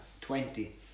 twenty